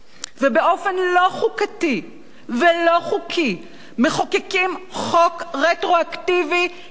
באופן לא חוקתי ולא חוקי מחוקקים חוק רטרואקטיבי כדי